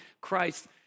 Christ